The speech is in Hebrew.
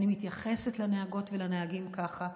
אני מתייחסת לנהגות ולנהגים ככה,